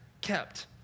kept